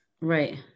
Right